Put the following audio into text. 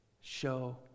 show